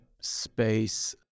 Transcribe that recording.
space